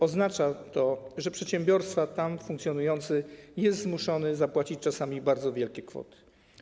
Oznacza to, że przedsiębiorca tam funkcjonujący jest zmuszony zapłacić czasami bardzo wielkie kwoty.